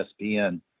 ESPN